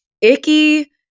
icky